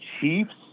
Chiefs